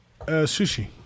Sushi